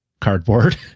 cardboard